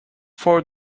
four